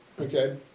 okay